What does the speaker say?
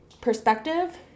perspective